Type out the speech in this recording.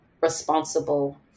responsible